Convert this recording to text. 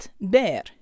bear